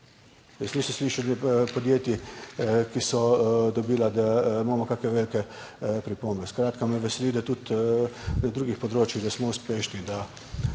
nisem slišal podjetij, ki so dobila, da imamo kakšne velike pripombe. Skratka, me veseli, da tudi na drugih področjih, da